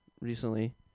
Recently